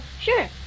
Sure